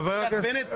לשכת בנט?